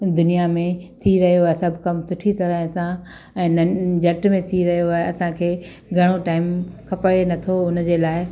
दुनिया में थी रहियो आहे सभु कमु सुठी तरह सां ऐं इन्हनि झट में थी रहियो आहे असांखे घणो टाइम खपाए नथो उन जे लाइ